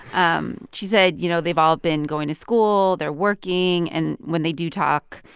um she said, you know, they've all been going to school. they're working. and when they do talk,